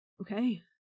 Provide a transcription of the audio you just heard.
Okay